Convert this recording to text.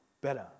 better